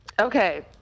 Okay